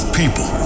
people